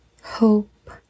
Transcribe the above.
hope